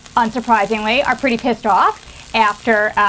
unsurprisingly, are pretty pissed off after